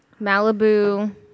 Malibu